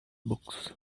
books